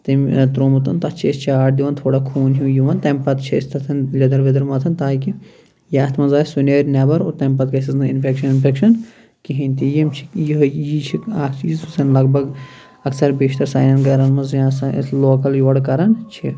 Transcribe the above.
تٔمۍ ترومُت تتھ چھِ أسۍ چاکھ دِوان تھوڑا خوٗن ہیٚو یِوان تَمہِ پَتہ چھِ أسۍ تتھ لیٚدٕر ویٚدٕر مَتھان تاکہ یہِ اتھ منٛز آسہِ سُہ نیرِ نٮ۪بر اور تَمہ پَتہ گَژھیٚس نہٕ اِنفیٚکشن ونفیٚکشَن کہیٖنۍ تہِ یِم چھِ یہے یی چھُ اکھ چیٖز یُس زَن لگ بگ اکثر بیشتر سانٮ۪ن گرن منٛز یا سٲنس لوکل یورِ کران چھِ